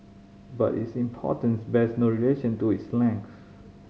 but its importance bears no relation to its length